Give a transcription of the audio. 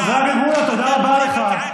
חבר הכנסת מולא, תודה רבה לך.